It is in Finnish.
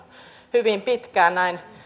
hyvin pitkään näin